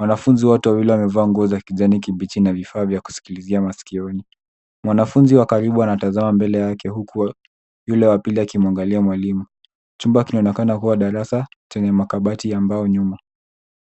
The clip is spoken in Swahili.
Wanafunzi wote wawili wamevaa nguo za kijani kibichi na vifaa vya kusikilizia masikioni. Mwanafunzi wa karibu anatazama mbele yake huku yule wa pili akimwangalia mwalimu. Chumba kinaonekana kuwa darasa chenye makabati ya mbao nyuma.